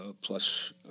plus